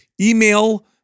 Email